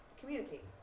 communicate